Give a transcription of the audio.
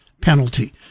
penalty